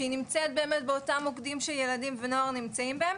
שהיא נמצאת באמת באותם מוקדים שילדים ונוער נמצאים בהם.